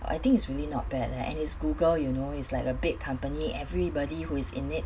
I think it's really not bad leh and it's google you know is like a big company everybody who is in it